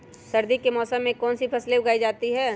सर्दी के मौसम में कौन सी फसल उगाई जाती है?